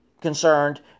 concerned